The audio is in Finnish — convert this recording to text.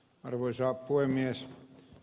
arvoisa puhemies